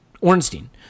Ornstein